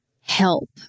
help